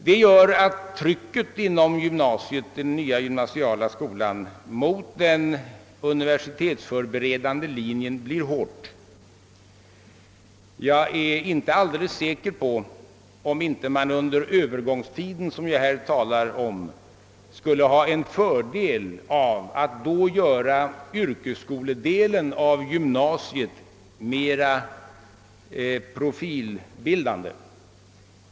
Det gör att trycket inom den gymnasiala skolan mot den universitetsförberedande linjen blir hårt. Jag är inte all deles säker på att man inte under den övergångstid jag talar om skulle ha en fördel av att då göra yrkesskoledelen av gymnasiet mer profilbildande.